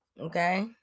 okay